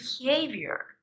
behavior